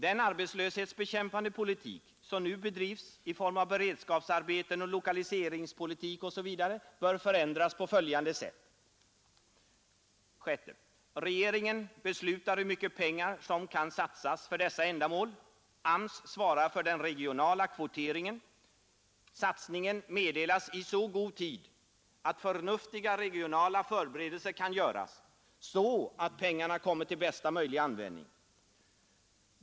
Den arbetslöshetsbekämpande politik som nu bedrivs i form av beredskapsarbeten och lokaliseringspolitik bör förändras på följande sätt: 6. Regeringen beslutar hur mycket pengar som kan satsas för dessa ändamål. AMS svarar för den regionala kvoteringen. Satsningen meddelas i så god tid, att förnuftiga regionala förberedelser kan göras, så att pengarna kommer till bästa möjliga användning.